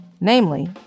Namely